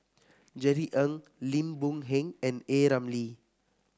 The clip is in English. Jerry Ng Lim Boon Heng and A Ramli